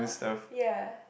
ya